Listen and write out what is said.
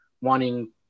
wanting